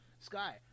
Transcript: Sky